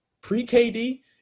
pre-KD